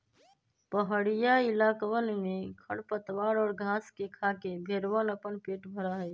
पहड़ीया इलाकवन में खरपतवार और घास के खाके भेंड़वन अपन पेट भरा हई